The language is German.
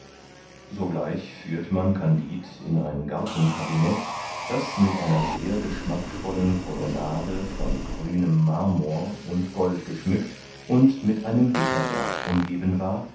sogleich führt man kandid in ein gartenkabinet das mit einer sehr geschmackvollen colonnade von grünem marmor und gold geschmückt und mit einem gitterwerk umgeben war